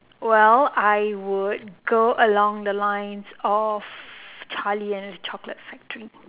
well I would go along the lines of charlie and his chocolate factory